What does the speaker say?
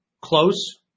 close